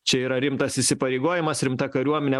čia yra rimtas įsipareigojimas rimta kariuomenė